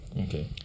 okay